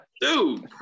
dude